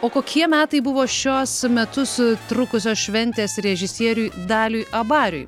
o kokie metai buvo šiuos metus trukusios šventės režisieriui daliui abariui